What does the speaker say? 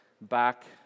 back